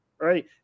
Right